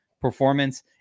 performance